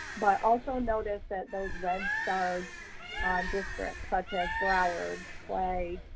but also notice that those red star districts such as broward, clay,